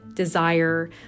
desire